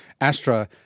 Astra